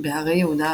בהרי יהודה,